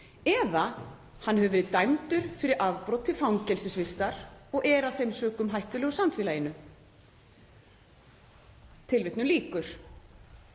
eða hann hefur verið dæmdur, fyrir afbrot, til fangelsisvistar og er af þeim sökum hættulegur samfélaginu.“ Það sem verið